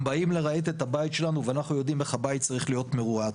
הם באים לרהט את הבית שלנו ואנחנו יודעים איך הבית צריך להיות מרוהט,